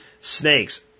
snakes